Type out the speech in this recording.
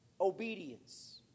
Obedience